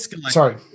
Sorry